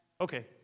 Okay